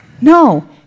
No